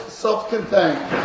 self-contained